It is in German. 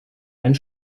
einen